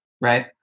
Right